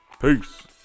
Peace